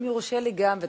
אם יורשה לי גם,